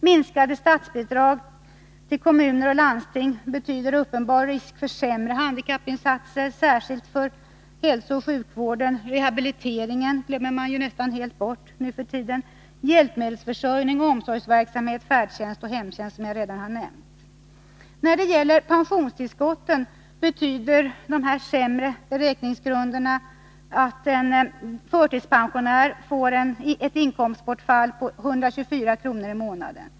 Minskade statsbidrag till kommuner och landsting betyder uppenbar risk för sämre handikappinsatser, särskilt för hälsooch sjukvård, rehabilitering — den glömmer man nästan helt bort nu för tiden —, hjälpmedelsförsörjning, omsorgsverksamhet, färdtjänst och hemtjänst, som jag redan har nämnt. När det gäller pensionstillskotten betyder de sämre beräkningsgrunderna att en förtidspensionär får ett inkomstbortfall på 124 kr. i månaden.